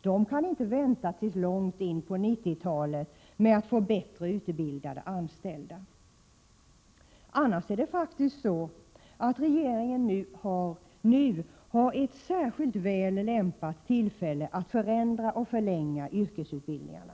De kan inte vänta till långt in på 90-talet med att få bättre utbildade anställda. Annars är det faktiskt så att regeringen nu har ett särskilt väl lämpat tillfälle att förändra och förlänga yrkesutbildningarna.